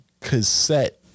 cassette